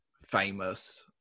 famous